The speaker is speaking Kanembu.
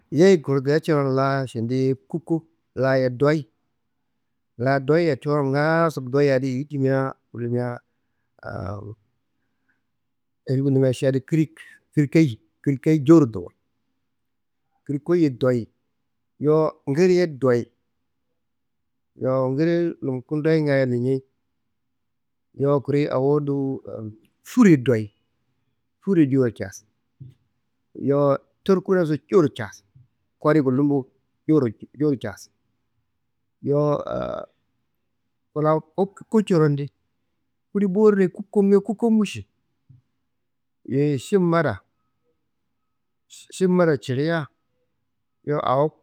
Yeyi kurudiaá ngaaso di coron la šendi kuku laye doyi, la doyia coron ngaaso doyia ayi dimia ngullumia ši adi kiri kirikeyi kirikeyi cowuro doyi, kirikeyi doyi. Yowo ngiri ye doyi, yowo ngiri ninkondoyinga none. Yowo kore awo do furreye doyi, furreye cowuro casin. Yowo ndorkunaso cowuro casin kodi ngullumbu cowuro casin. Yowo kuna ku coron di kuliborreye yeyi šin mbada šin mbada cilia.